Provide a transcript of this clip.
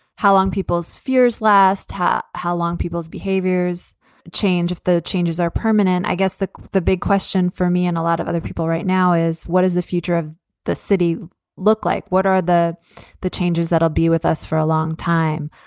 how long people's fears last, how how long people's behaviors change, if the changes are permanent. i guess the the big question for me and a lot of other people right now is what is the future of the city look like? what are the the changes that will be with us for a long time?